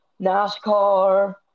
NASCAR